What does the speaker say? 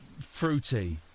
fruity